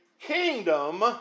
kingdom